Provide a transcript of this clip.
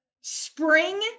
spring